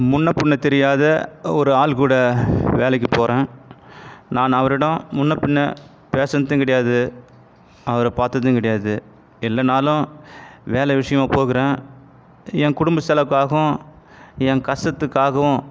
முன்னே பின்னே தெரியாத ஒரு ஆள் கூட வேலைக்கு போகிறேன் நான் அவரிடம் முன்னே பின்னே பேசினதும் கிடையாது அவரை பார்த்ததும் கிடையாது இல்லைன்னாலும் வேலை விஷயமா போகிறேன் என் குடும்ப செலவுக்காகவும் என் கஷ்டத்துக்காகவும்